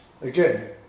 again